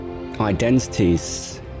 identities